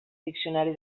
diccionari